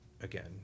again